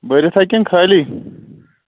بٔرِتھ ہَہ کِن خٲلی